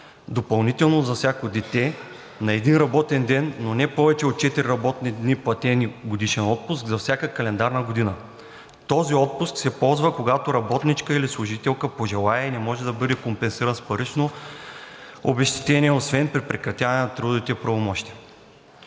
допълнително за всяко дете на един работен ден, но не повече от четири работни дни платен годишен отпуск за всяка календарна година." Този отпуск се ползва, когато работничка или служителка пожелае и не може да бъде компенсирана с парично обезщетение освен при прекратяване на трудовите правомощия.